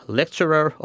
lecturer